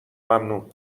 ممنون